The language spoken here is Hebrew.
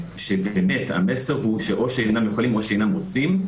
שבאמת המסר הוא שאו שאינם יכולים או שאינם רוצים,